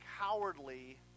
cowardly